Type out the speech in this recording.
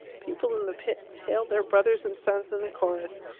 people in the pit hailed their brothers and sons in the chorus,